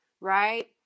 right